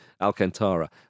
Alcantara